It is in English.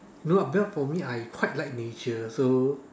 no lah but for me I quite like nature so